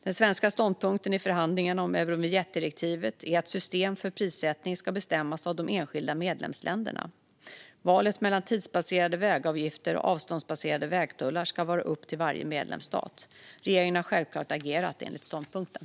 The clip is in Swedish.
Den svenska ståndpunkten i förhandlingarna om Eurovinjettdirektivet är att system för prissättning ska bestämmas av de enskilda medlemsländerna. Valet mellan tidsbaserade vägavgifter och avståndsbaserade vägtullar ska vara upp till varje medlemsstat. Regeringen har självklart agerat enligt ståndpunkten.